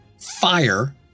fire